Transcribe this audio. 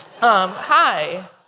Hi